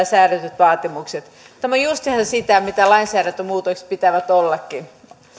säädetyt vaatimukset tämä on justiinsa sitä mitä lainsäädäntömuutosten pitää ollakin